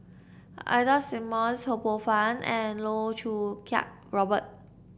Ida Simmons Ho Poh Fun and Loh Choo Kiat Robert